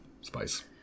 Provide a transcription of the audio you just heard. spice